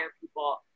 people